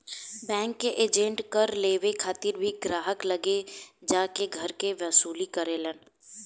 bank के agent कर लेवे खातिर भी ग्राहक लगे जा के कर के वसूली करेलन